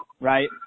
right